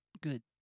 good